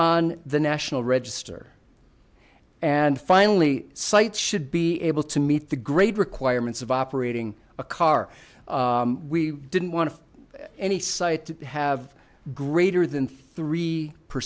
on the national register and finally sites should be able to meet the great requirements of operating a car we didn't want any site to have greater than three per